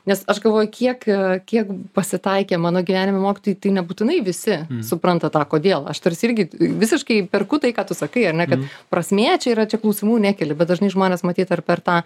nes aš galvoju kiek a kiek pasitaikė mano gyvenime mokytojų tai nebūtinai visi supranta tą kodėl aš tarsi irgi visiškai perku tai ką tu sakai ar ne kad prasmė čia yra čia klausimų nekeli bet dažnai žmonės matyt ar per tą